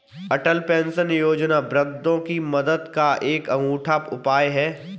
अटल pension योजना वृद्धों की मदद का एक अनूठा उपाय है